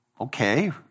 okay